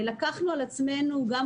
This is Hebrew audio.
גם אני וגם ראש העיר לקחנו על עצמנו לבדוק